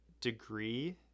degree